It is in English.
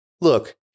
Look